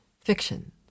fiction